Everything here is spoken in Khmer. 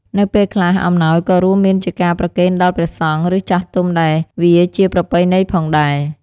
នៅពេលខ្លះ អំណោយក៏រួមមានជាការប្រគេនដល់ព្រះសង្ឃ ឬចាស់ទុំដែលវាជាប្រពៃណីផងដែរ។